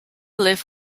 live